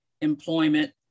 employment